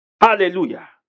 Hallelujah